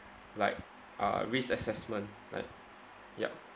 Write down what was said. like uh risk assessment like yup